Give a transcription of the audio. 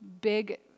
big